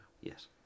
Yes